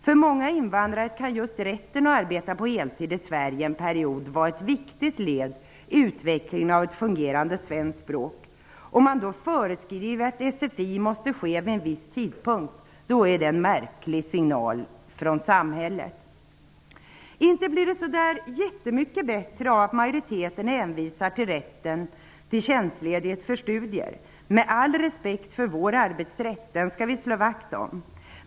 För många invandrare kan just rätten att arbeta på heltid i Sverige under en period vara ett viktigt led i utvecklingen av ett fungerande svenskt språk. Om man då föreskriver att sfi måste ske vid en viss tidpunkt ger det en märklig signal från samhället. Inte blir det så jättemycket bättre av att majoriteten hänvisar till rätten till tjänstledighet för studier. Vi skall visa respekt för och slå vakt om vår arbetsrätt.